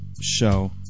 show